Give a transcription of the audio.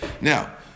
Now